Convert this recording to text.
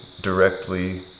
directly